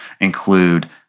include